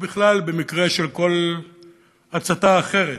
ובכלל, במקרה של כל הצתה אחרת?